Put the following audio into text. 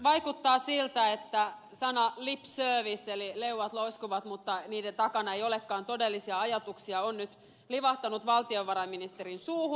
vaikuttaa siltä että ilmaus lip service eli leuat loiskuvat mutta niiden takana ei olekaan todellisia ajatuksia on nyt livahtanut valtiovarainministerin suuhun